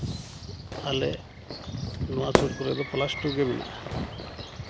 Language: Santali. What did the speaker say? ᱟᱞᱮ ᱱᱚᱣᱟ ᱥᱩᱨ ᱠᱚᱨᱮᱜ ᱫᱚ ᱯᱞᱟᱥ ᱴᱩ ᱜᱮ ᱢᱮᱱᱟᱜᱼᱟ